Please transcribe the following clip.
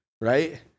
right